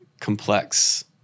complex